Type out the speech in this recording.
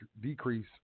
decrease